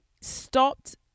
stopped